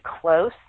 close